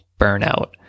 burnout